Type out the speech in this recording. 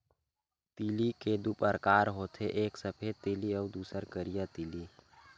तिली के दू परकार होथे एक सफेद तिली अउ दूसर करिया तिली